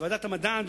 לוועדת המדע.